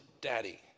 daddy